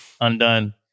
undone